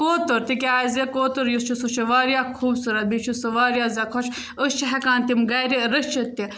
کوتُر تِکیٛازِ کوتُر یُس چھِ سُہ چھِ واریاہ خوٗبصوٗرت بیٚیہِ چھِ سُہ واریاہ زیادٕ خۄش أسۍ چھِ ہؠکان تِم گرِ رٔچھِتھ تہِ